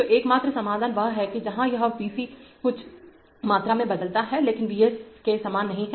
तो एकमात्र समाधान वह है जहाँ यह V c कुछ मात्रा में बदलता है लेकिन V s के समान नहीं है